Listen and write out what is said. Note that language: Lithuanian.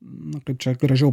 na kaip čia gražiau